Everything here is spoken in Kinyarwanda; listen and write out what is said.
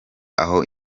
aho